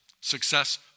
success